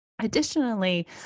Additionally